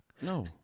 No